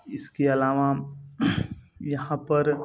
इसके अलावा यहाँ पर